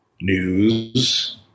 news